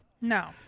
No